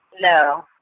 No